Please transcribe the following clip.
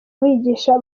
bigisha